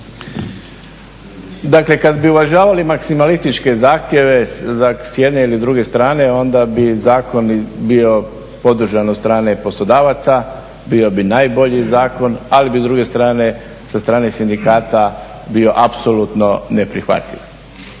Dakle kada bi uvažavali maksimalističke zahtjeve s jedne ili s druge strane onda bi zakon bio podržan od strane poslodavaca, bio bi najbolji zakon ali bi s druge strane sa strane sindikata bio apsolutno neprihvatljiv.